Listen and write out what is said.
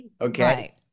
okay